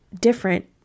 different